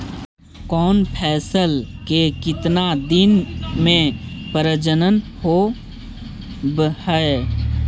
कौन फैसल के कितना दिन मे परजनन होब हय?